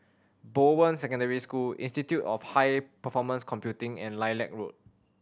Bowen Secondary School Institute of High Performance Computing and Lilac Road